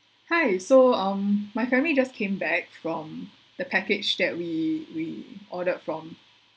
hi so um my family just came back from the package that we we ordered from